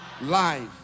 life